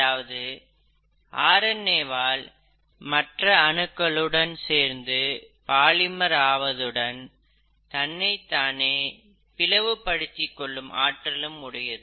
அதாவது R N A வால் தன்னைப் போன்ற மற்ற அணுக்களுடன் சேர்ந்து பாலிமர் ஆவதுடன் தன்னைத்தானே பிளவுபடுத்தி கொள்ளும் ஆற்றலும் உடையது